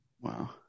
Wow